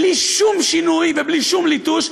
בלי שום שינוי ובלי שום ליטוש,